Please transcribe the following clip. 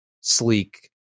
sleek